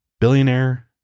billionaire